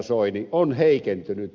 soini on heikentynyt